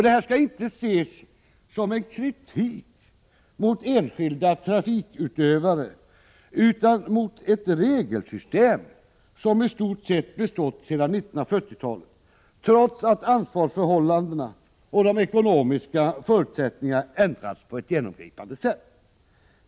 Detta skall inte ses som en kritik mot enskilda trafikutövare utan som kritik mot regelsystemet, som i stort sett bestått sedan 1940-talet trots att ansvarsförhållandena och de ekonomiska förutsättningarna ändrats på ett genomgripande sätt.